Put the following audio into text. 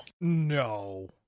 No